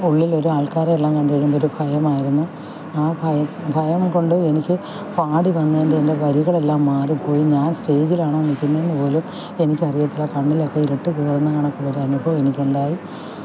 ഉള്ളിലൊരു ആള്ക്കാരെയെല്ലാം കണ്ട് കഴിയുമ്പൊരു ഭയമാരുന്നു ആ ഭയം ഭയം കൊണ്ട് എനിക്ക് പാടി വന്നതിന്റെ എന്റെ വരികളെല്ലാം മാറിപ്പോയി ഞാന് സ്റ്റേജിലാണോ നിൽക്കുന്നതിന് പോലും എനിക്കറിയത്തില്ല കണ്ണിലൊക്കെ ഇരുട്ട് കയറുന്ന കണക്കുള്ള ഒരനുഭവം എനിക്കുണ്ടായി